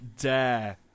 dare